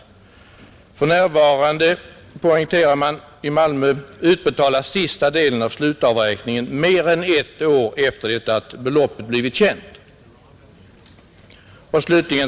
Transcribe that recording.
För närvarande — poängterar man i Malmö — utbetalas sista delen av slutavräkningen mer än ett år efter det att beloppet blivit känt.